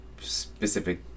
Specific